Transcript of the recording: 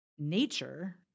nature